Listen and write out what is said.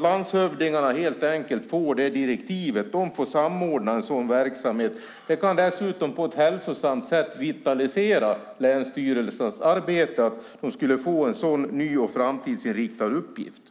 Landshövdingarna kunde helt enkelt få sådana direktiv och samordna en sådan här verksamhet. Dessutom kunde detta vitalisera länsstyrelsernas arbete om de fick en ny, framtidsinriktad uppgift.